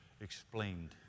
explained